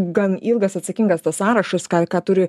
gan ilgas atsakingas tas sąrašas ką ką turi